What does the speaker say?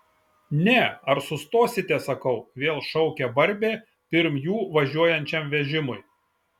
ne ar sustosite sakau vėl šaukia barbė pirm jų važiuojančiam vežimui